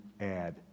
add